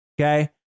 okay